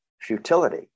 futility